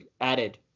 added